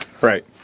Right